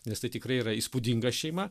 nes tai tikrai yra įspūdinga šeima